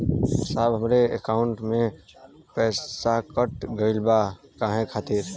साहब हमरे एकाउंट से पैसाकट गईल बा काहे खातिर?